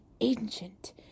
ancient